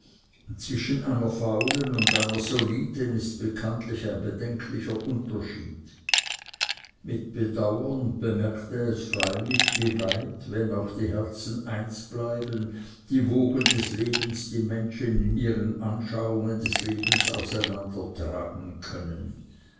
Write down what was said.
zwischen einer faulen und einer soliden ist bekanntlich ein bedenklicher unterschied mit bedauern bemerkte es freilich wie weit wenn auch die herzen eins bleiben die wogen des lebens die menschen in ihren anschauungen des lebens auseinandertragen können